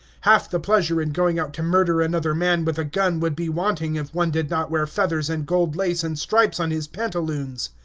half the pleasure in going out to murder another man with a gun would be wanting if one did not wear feathers and gold-lace and stripes on his pantaloons.